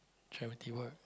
charity work